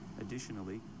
Additionally